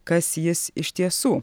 kas jis iš tiesų